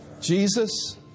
Jesus